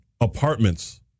apartments